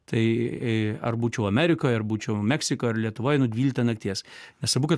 tai ar būčiau amerikoj ar būčiau meksikoj ar lietuvoj einu dvyliktą nakties nesvarbu kad